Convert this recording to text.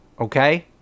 Okay